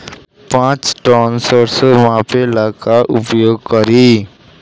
पाँच टन सरसो मापे ला का उपयोग करी?